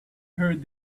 heard